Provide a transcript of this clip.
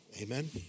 Amen